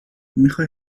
میخای